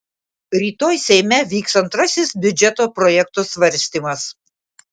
rytoj seime vyks antrasis biudžeto projekto svarstymas